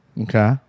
Okay